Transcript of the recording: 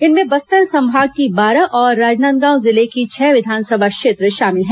इनमें बस्तर संभाग की बारह और राजनांदगांव जिले के छह विधानसभा क्षेत्र शामिल हैं